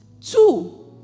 Two